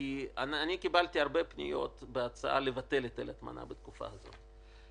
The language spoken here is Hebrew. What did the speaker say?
קיבלתי הרבה פניות בהצעה לבטל את היטל ההטמנה בתקופה הזאת.